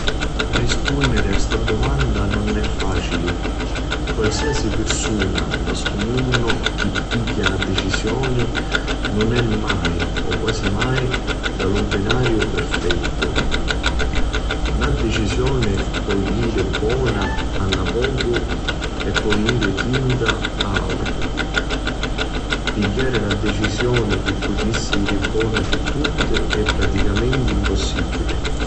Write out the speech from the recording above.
Rispunniri a sta dumanda nun è facili. Qualsiasi pirsuna nta stu munnu chi pigghia na dicisioni nun è mai, o quasi mai, nta lu binariu perfettu. Na dicisioni po jiri bona a napocu e po jiri tinta ad autri. Pigghiari na dicisioni chi putissi jiri bona pi tutti è praticamenti mpussibili.